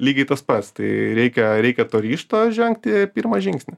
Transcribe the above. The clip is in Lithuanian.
lygiai tas pats tai reikia reikia to ryžto žengti pirmą žingsnį